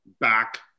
back